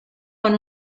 con